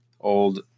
old